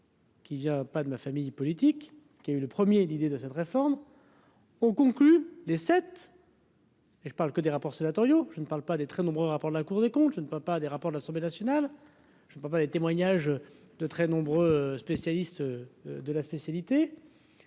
Qu'il y a pas de ma famille politique qui a eu le 1er, l'idée de cette réforme. Ont conclu les sept. Et je ne parle que des rapports sénatoriaux, je ne parle pas des très nombreux rapports de la Cour des comptes, je ne peux pas des rapports de l'Assemblée nationale, je ne peux pas les témoignages de très nombreux spécialistes de la spécialité.